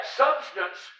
substance